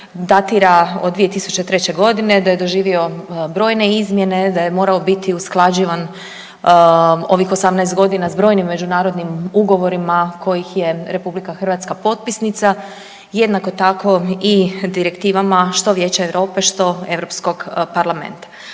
datira od 2003. godine, da je doživio brojne izmjene, da je morao biti usklađivan ovih 18 godina sa brojnim međunarodnim ugovorima kojih je Republika Hrvatska potpisnica jednako tako i direktivama što Vijeća Europe, što Europskog parlamenta.